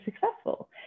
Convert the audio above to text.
successful